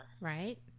right